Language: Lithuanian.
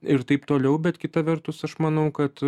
ir taip toliau bet kita vertus aš manau kad